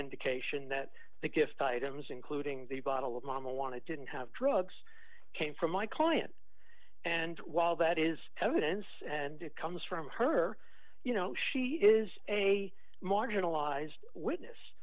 indication that the gift items including the bottle of mom wanted didn't have drugs came from my client and while that is evidence and it comes from her you know she is a marginalized witness